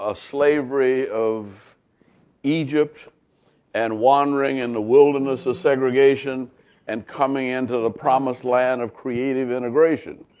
ah slavery of egypt and wandering in the wilderness of segregation and coming into the promised land of creative integration.